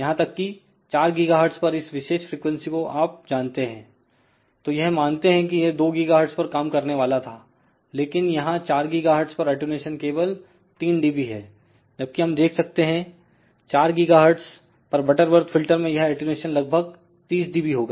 यहां तक कि 4 गीगाहर्टज परइस विशेष फ्रीक्वेंसी को आप जानते हैं तो यह मानते हैं कि यह 2 गीगाहर्टज पर काम करने वाला था लेकिन यहां 4 गीगाहर्टज पर अटेंन्यूशन केवल 3dB है जबकि हम देख सकते हैं 4 गीगाहर्टज पर बटरवर्थ फिल्टर में यह अटेंन्यूशन लगभग 30 dB होगा